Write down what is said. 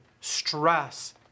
stress